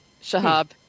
Shahab